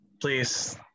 Please